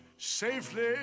safely